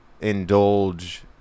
indulge